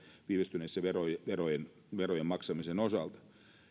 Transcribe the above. viivästyneiden verojen verojen maksamisen osalta